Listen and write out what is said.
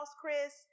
Chris